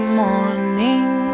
morning